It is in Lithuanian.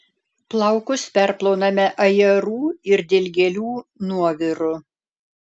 plaukus perplauname ajerų ir dilgėlių nuoviru